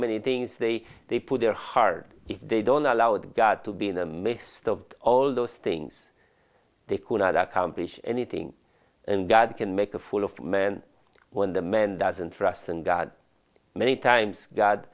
many things they they put their hard if they don't allowed god to be in the midst of all those things they cannot accomplish anything and god can make a full of men when the men doesn't trust in god many times go